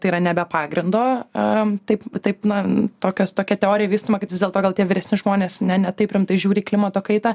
tai yra ne be pagrindo taip taip na tokios tokia teorija vystoma kad vis dėlto gal tie vyresni žmonės ne ne taip rimtai žiūri į klimato kaitą